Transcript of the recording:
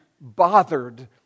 bothered